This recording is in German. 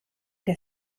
der